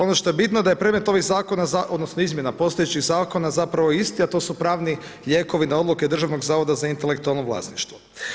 Ono što je bitno, da je predmet ovih zakona, odnosno izmjena postojećih zakona, zapravo isti, a to su pravni lijekovi, na odluke Državnog zavoda za intelektualno vlasništvo.